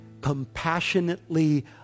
compassionately